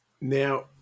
Now